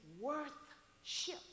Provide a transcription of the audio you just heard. worth-ship